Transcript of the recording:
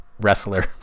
wrestler